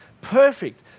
perfect